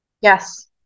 Yes